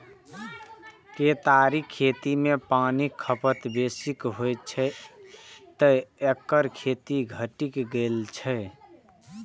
केतारीक खेती मे पानिक खपत बेसी होइ छै, तें एकर खेती घटि गेल छै